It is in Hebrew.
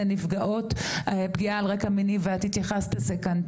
לנפגעות פגיעה על רקע מיני ואת התייחסת לזה כאן,